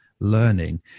learning